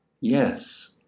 Yes